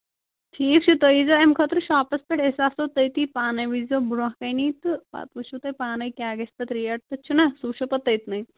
ٹھیٖک چھُ تُہۍ ییٖزیٚو اَمہِ خٲطرٕ شاپَس پٮ۪ٹھ أسۍ آسو تٔتی پانَے وُچھ زیٚو برٛونٛٹھ کٔنی تہٕ پَتہٕ وُچھِو تُہۍ پانَے کیٛاہ گژھِ پَتہٕ ریٹ تہِ چھُناہ سُہ وُچھَو پَتہٕ تٔتۍنٕے